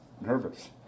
nervous